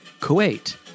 Kuwait